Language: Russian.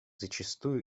зачастую